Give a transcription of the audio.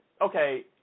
okay